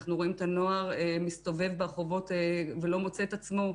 אנחנו רואים את הנוער מסתובב ברחובות ולא מוצא את עצמו.